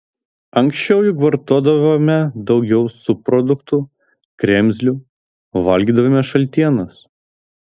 anksčiau juk vartodavome daugiau subproduktų kremzlių valgydavome šaltienas